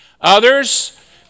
Others